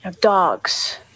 Dogs